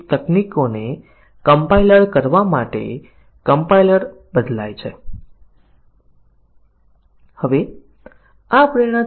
તેથી પરીક્ષણ case a એ b કરતા વધારે છે નિવેદન કવરેજ પ્રાપ્ત કરે છે પરંતુ શાખા કવર પ્રાપ્ત કરતું નથી અને નિવેદન કવરેજ શાખા કવરેજ પ્રાપ્ત કરતું નથી તે બતાવવાનું આ એક સારું પૂરતું ઉદાહરણ છે